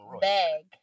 bag